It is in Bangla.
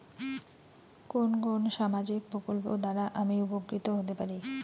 কোন কোন সামাজিক প্রকল্প দ্বারা আমি উপকৃত হতে পারি?